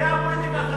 זה הפוליטיקה החדשה.